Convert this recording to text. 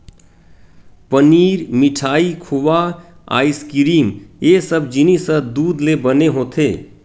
पनीर, मिठाई, खोवा, आइसकिरिम ए सब जिनिस ह दूद ले बने होथे